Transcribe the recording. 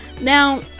Now